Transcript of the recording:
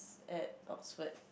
at Oxford